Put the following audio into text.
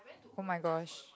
oh-my-gosh